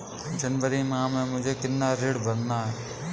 जनवरी माह में मुझे कितना ऋण भरना है?